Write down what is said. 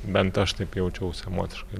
bent aš taip jaučiausi emociškai